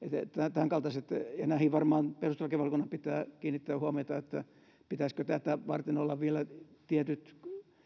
tämänkaltaisiin asioihin varmaan perustuslakivaliokunnan pitää kiinnittää huomiota että pitäisikö tätä varten olla vielä tietyt